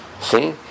see